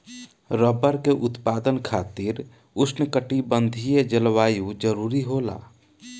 rubber के उत्पादन खातिर उष्णकटिबंधीय जलवायु जरुरी होला